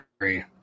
agree